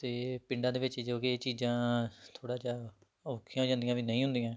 ਅਤੇ ਪਿੰਡਾਂ ਦੇ ਵਿੱਚ ਜੋ ਕਿ ਇਹ ਚੀਜ਼ਾਂ ਥੋੜ੍ਹਾ ਜਿਹਾ ਔਖੀਆਂ ਹੋ ਜਾਂਦੀਆਂ ਵੀ ਨਹੀਂ ਹੁੰਦੀਆਂ